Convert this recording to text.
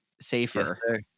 safer